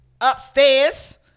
upstairs